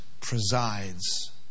presides